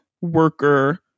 worker